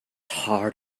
hard